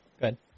Good